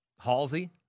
Halsey